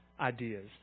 ideas